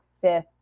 fifth